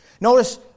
Notice